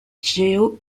géo